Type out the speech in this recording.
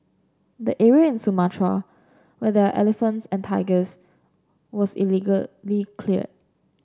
the area in Sumatra where there elephants and tigers was illegally clear